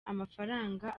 amafaranga